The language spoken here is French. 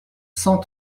cent